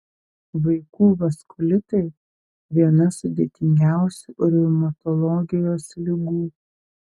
vaikų vaskulitai viena sudėtingiausių reumatologijos ligų